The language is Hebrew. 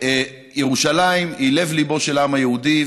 שירושלים היא לב-ליבו של העם היהודי,